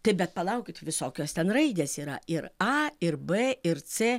taip bet palaukit visokios ten raidės yra ir a ir b ir c